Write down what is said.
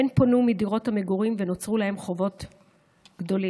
הן פונו מדירות המגורים ונוצרו להן חובות גדולים.